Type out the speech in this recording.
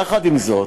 יחד עם זאת,